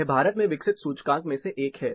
यह भारत में विकसित सूचकांक में से एक है